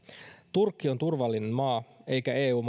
turkki on turvallinen maa eikä eu